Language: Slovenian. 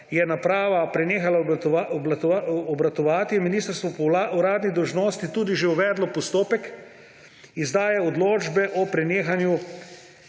je naprava prenehala obratovati, je ministrstvo po uradni dolžnosti tudi že uvedlo postopek izdaje odločbe o prenehanju